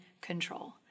control